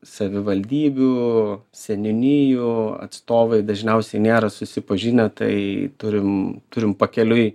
savivaldybių seniūnijų atstovai dažniausiai nėra susipažinę tai turim turim pakeliui